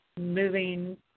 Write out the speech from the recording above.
moving